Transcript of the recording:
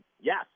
Yes